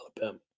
Alabama